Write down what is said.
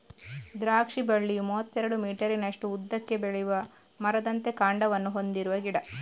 ದ್ರಾಕ್ಷಿ ಬಳ್ಳಿಯು ಮೂವತ್ತೆರಡು ಮೀಟರಿನಷ್ಟು ಉದ್ದಕ್ಕೆ ಬೆಳೆಯುವ ಮರದಂತೆ ಕಾಂಡವನ್ನ ಹೊಂದಿರುವ ಗಿಡ